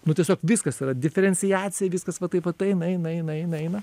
nu tiesiog viskas yra diferenciacija viskas va taip vat eina eina eina eina eina